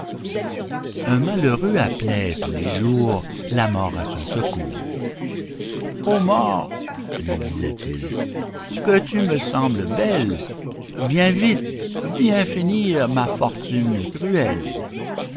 un malheureux appelait tous les jours la mort à son secours ô mort lui disait-il que tu me sembles belle viens vite viens finir ma fortune cruelle